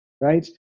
right